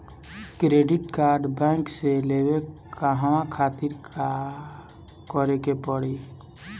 Credit card bank से लेवे कहवा खातिर का करे के पड़ी?